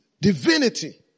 divinity